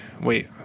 Wait